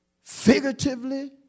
figuratively